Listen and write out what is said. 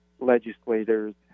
legislators